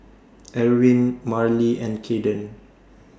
Erwin Marlee and Kayden